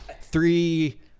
three